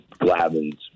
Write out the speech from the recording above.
Glavins